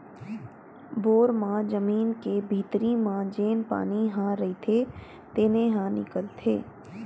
bore म जमीन के भीतरी म जेन पानी ह रईथे तेने ह निकलथे